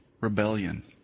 rebellion